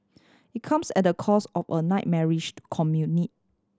it comes at the cost of a nightmarish commute